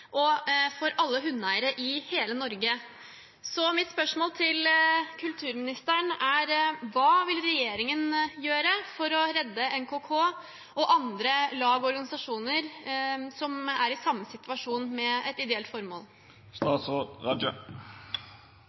og helse- og avlsarbeid i hunde-Norge. Hva vil regjeringen gjøre for å redde NKK og andre lag og organisasjoner i samme situasjon?»